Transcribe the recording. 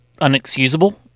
unexcusable